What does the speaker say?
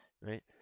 right